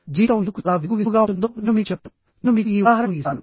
జీవితం ఎందుకు చాలా విసుగుగా ఉంటుందో నేను మీకు చెప్తాను నేను మీకు ఈ ఉదాహరణ ను ఇస్తాను